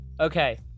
Okay